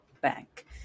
bank